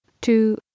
two